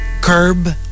curb